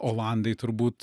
olandai turbūt